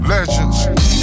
Legends